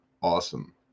Awesome